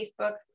facebook